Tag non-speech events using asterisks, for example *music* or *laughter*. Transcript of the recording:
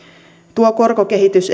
tuo korkokehitys *unintelligible*